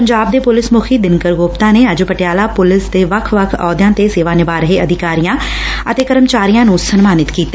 ਪੰਜਾਬ ਦੇ ਪੁਲਿਸ ਮੁਖੀ ਦਿਨਕਰ ਗੁਪਤਾ ਨੇ ਅੱਜ ਪਟਿਆਲਾ ਪੁਲਿਸ ਦੇ ਵੱਖ ਵੱਖ ਅਹੁਦਿਆਂ ਤੇ ਸੇਵਾ ਨਿਭਾ ਰਹੇ ਅਧਿਕਾਰੀਆਂ ਤੇ ਕਰਮਚਾਰੀਆਂ ਨੁੰ ਸਨਮਾਨਤ ਕੀਤਾ